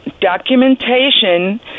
documentation